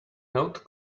note